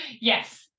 Yes